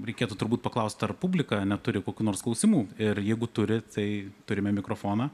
reikėtų turbūt paklaust ar publika neturi kokių nors klausimų ir jeigu turi tai turime mikrofoną